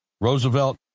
Roosevelt